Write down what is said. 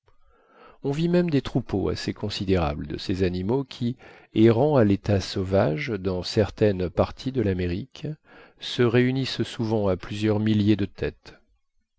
on vit même des troupeaux assez considérables de ces animaux qui errant à l'état sauvage dans certaines parties de l'amérique se réunissent souvent à plusieurs milliers de têtes